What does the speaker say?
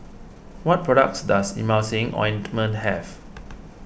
what products does Emulsying Ointment have